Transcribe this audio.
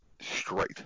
straight